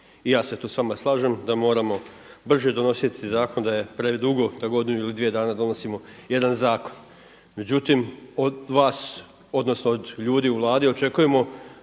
I ja se tu sa vama slažem da moramo brže donositi zakon, da je predugo da godinu ili dvije dana donosimo jedan zakon. Međutim, od vas odnosno od ljudi u Vladi očekujemo